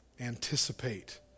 anticipate